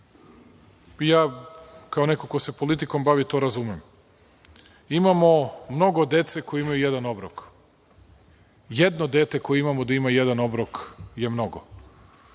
i, kao neko ko se bavi politikom, to razumem. Imamo mnogo dece koje imaju jedan obrok. Jedno dete koje imamo da ima jedan obrok je mnogo.